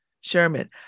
Sherman